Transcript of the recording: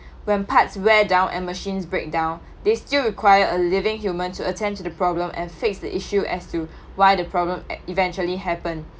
when parts wear down and machines breakdown they still require a living human to attend to the problem and fix the issue as to why the problem eventually happen